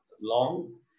long